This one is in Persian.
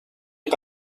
این